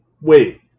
wait